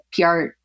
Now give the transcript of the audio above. PR